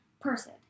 Person